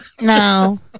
No